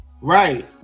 Right